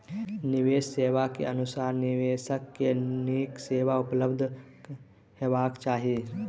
निवेश सेवा के अनुसार निवेशक के नीक सेवा उपलब्ध हेबाक चाही